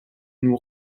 nous